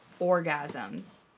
orgasms